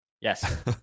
Yes